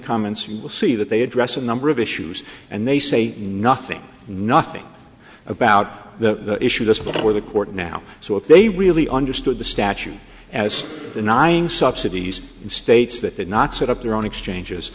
comments you will see that they address a number of issues and they say nothing nothing about the issue just before the court now so if they really understood the statute as the nine subsidies in states that did not set up their own exchanges